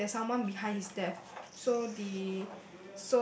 like there's someone behind his death so he